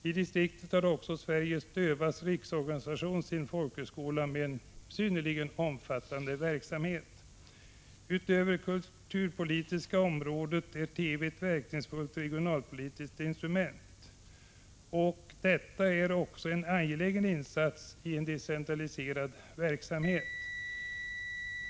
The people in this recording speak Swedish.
I distriktet har också Sveriges dövas riksorganisation sin folkhögskola med en synnerligen omfattande verksamhet. Utöver det kulturpolitiska området är TV ett verkningsfullt regionalpolitiskt instrument. Detta är också en angelägen insats i en decentraliserad verksamhet.